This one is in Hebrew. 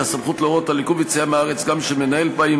את הסמכות להורות על עיכוב יציאה מהארץ גם של מנהל פעיל,